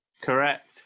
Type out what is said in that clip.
Correct